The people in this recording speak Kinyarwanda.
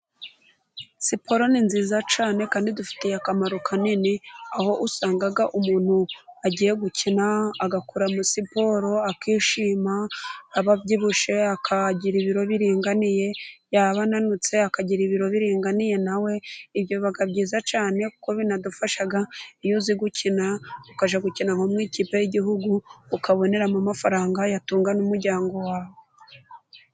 Siporo ni nziza cyane ,kandi idufitiye akamaro kanini ,aho usanga umuntu agiye gukina agakora siporo, akishima. Yaba abyibushye akagira ibiro biringaniye. Yaba ananutse akagira ibiro biringaniye na we. Ibyo biba byiza cyane kuko binagufasha iyo uzi gukina, ukajya gukina nko mu ikipe y'igihugu, ukaboneramo amafaranga yatunga n'umuryango wawe.